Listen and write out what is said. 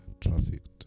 trafficked